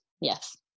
yes